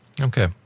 Okay